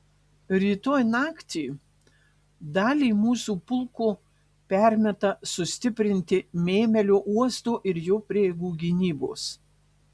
rytoj naktį dalį mūsų pulko permeta sustiprinti mėmelio uosto ir jo prieigų gynybos